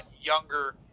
younger